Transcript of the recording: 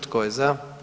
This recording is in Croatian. Tko je za?